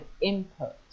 input